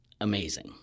amazing